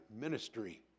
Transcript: ministry